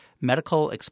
medical